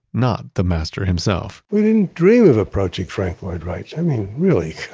not the master himself we didn't dream of approaching frank lloyd wright, i mean really.